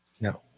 No